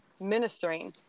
ministering